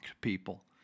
people